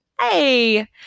Hey